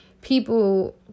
people